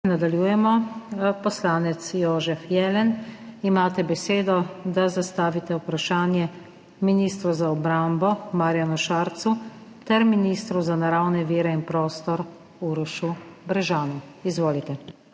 nadaljujemo. Poslanec Jožef Jelen, imate besedo, da zastavite vprašanje ministru za obrambo Marjanu Šarcu ter ministru za naravne vire in prostor Urošu Brežanu. Izvolite.